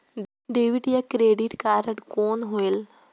Debit या credit card कौन होएल?